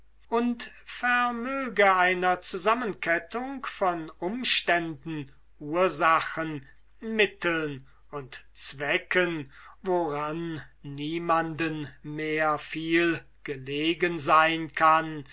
und vermöge einer zusammenkettung von umständen ursachen mitteln und zwecken woran niemanden mehr viel gelegen sein kann